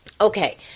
okay